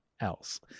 else